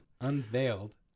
Unveiled